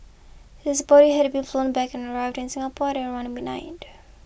his body had been flown back and arrived in Singapore at around midnight